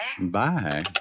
Bye